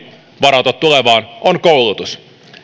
varautua tulevaan on koulutus